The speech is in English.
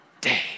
day